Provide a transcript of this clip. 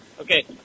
Okay